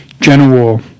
general